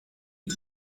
die